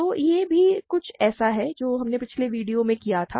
तो यह भी कुछ ऐसा है जो हमने पिछले वीडियो में किया था